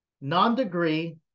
non-degree